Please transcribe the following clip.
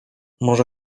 może